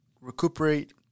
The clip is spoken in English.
recuperate